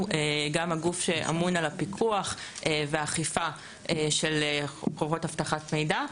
גם הגוף שאמון על הפיקוח והאכיפה של חובות אבטחת מידע,